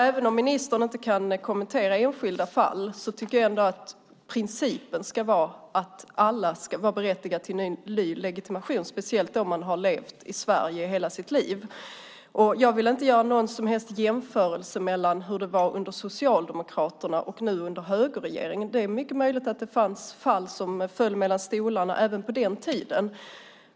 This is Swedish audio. Även om ministern inte kan kommentera enskilda ärenden tycker jag ändå att principen ska vara att alla ska vara berättigade till en ny legitimation, speciellt om man har levt i Sverige hela sitt liv. Jag vill inte göra någon som helst jämförelse mellan hur det var under Socialdemokraterna och hur det är nu under högerregeringen. Det är mycket möjligt att det fanns ärenden som föll mellan stolarna även på den tiden.